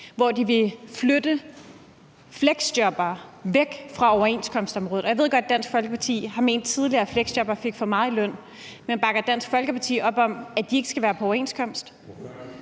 som vil flytte fleksjobbere væk fra overenskomstområdet. Og jeg ved godt, Dansk Folkeparti har ment tidligere, at fleksjobbere fik for meget i løn. Men bakker Dansk Folkeparti op om, at de ikke skal være på overenskomst?